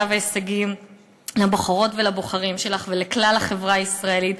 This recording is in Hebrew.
והישגים לבוחרות ולבוחרים שלך ולכלל החברה הישראלית.